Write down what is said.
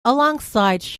alongside